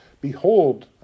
Behold